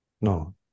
No